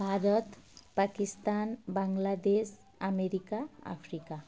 Bharat Pakistan Bangladesh America Africa